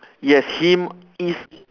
yes him is